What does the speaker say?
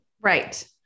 Right